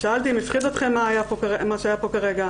שאלתי אם הפחיד אותם מה שקרה פה כרגע?